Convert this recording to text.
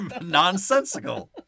Nonsensical